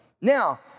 Now